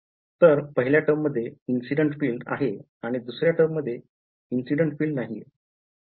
तर पहिल्या टर्ममध्ये मध्ये इन्सिडेंट फिल्ड आहे आणि दुसऱ्या टर्ममध्ये इन्सिडेंट फिल्ड नाहीये